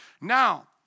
Now